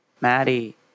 Maddie